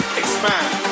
expand